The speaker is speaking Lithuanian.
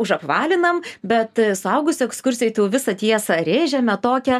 užapvalinam bet suaugusių ekskursijoj tai jau visą tiesą rėžiame tokią